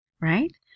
right